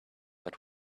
but